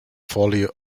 folly